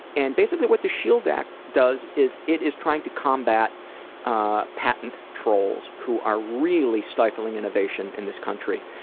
and basically what the shield act does is it is trying to combat ah patent trolls who are really stifling innovation in this country.